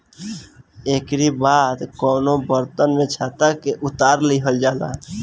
एकरी बाद कवनो बर्तन में छत्ता के उतार लिहल जाला